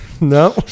No